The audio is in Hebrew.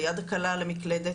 ליד הקלה על המקלדת,